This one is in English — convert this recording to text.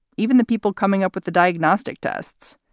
even the people coming up with the diagnostic tests,